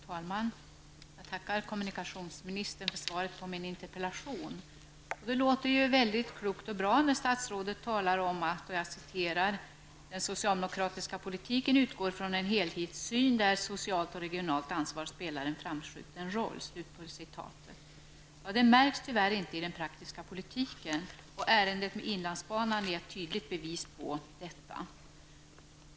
Fru talman! Jag tackar kommunikationsministern för svaret på min interpellation. Det låter mycket klokt och bra när statsrådet talar om att ''den socialdemokratiska politiken utgår från en helhetssyn där socialt och regionalt ansvar spelar en framskjuten roll''. Det märks tyvärr inte i den praktiska politiken, och ärendet med inlandsbanan är ett tydligt bevis på detta.